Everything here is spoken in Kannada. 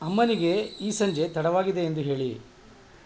ಅಮ್ಮನಿಗೆ ಈ ಸಂಜೆ ತಡವಾಗಿದೆ ಎಂದು ಹೇಳಿ